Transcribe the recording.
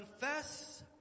Confess